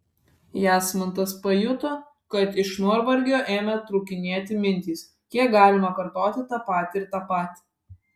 jasmantas pajuto kad iš nuovargio ėmė trūkinėti mintys kiek galima kartoti tą patį ir tą patį